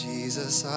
Jesus